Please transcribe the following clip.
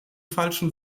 falschen